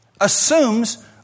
assumes